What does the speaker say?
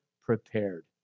prepared